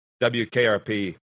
wkrp